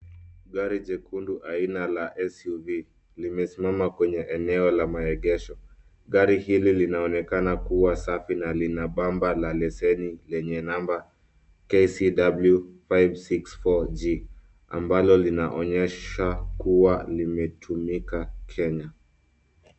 Gari jekundu aina la SUV limesimama kwenye eneo la maegesho, gari hili linaonekana kuwa safi na lina bamba la leseni lenye number KCW 564G.Ambalo linaonyesha kuwa limetumika Kenya.